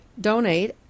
donate